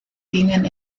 gingen